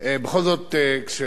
כשהקשבתי,